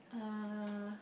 uh